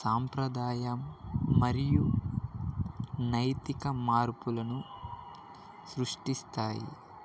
సాంప్రదాయం మరియు నైతిక మార్పులను సృష్టిస్తాయి